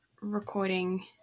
recording